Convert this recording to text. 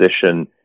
position